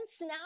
now